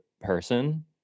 person